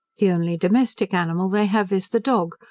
the only domestic animal they have is the dog,